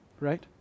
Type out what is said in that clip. Right